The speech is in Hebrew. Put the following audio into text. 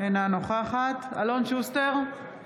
אינה נוכחת אלון שוסטר,